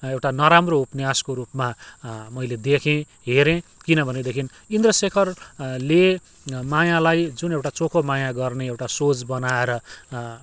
एउटा नराम्रो उपन्यासको रूपमा मैले देखेँ हेरेँ किनभनेदेखि इन्द्रशेखरले मायालाई जुन एउटा चोखो माया गर्ने एउटा सोच बनाएर